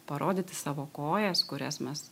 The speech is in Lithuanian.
parodyti savo kojas kurias mes